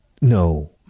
no